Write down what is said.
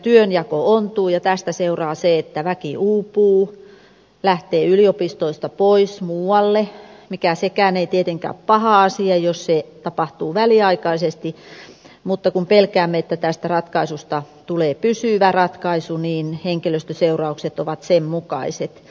työnjako ontuu ja tästä seuraa se että väki uupuu lähtee yliopistoista pois muualle mikä sekään ei tietenkään ole paha asia jos se tapahtuu väliaikaisesti mutta kun pelkäämme että tästä ratkaisusta tulee pysyvä ratkaisu niin henkilöstöseuraukset ovat sen mukaiset